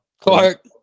Clark